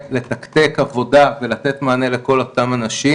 לתקתק עבודה ולתת מענה לכל אותם אנשים,